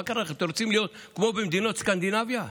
אתם רוצים להיות כמו במדינות סקנדינביה?